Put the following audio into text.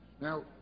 Now